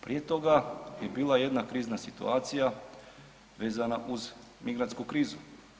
Prije toga je bila jedna krizna situacija vezana uz migrantsku krizu.